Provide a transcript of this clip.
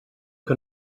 que